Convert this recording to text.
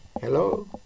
hello